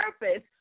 purpose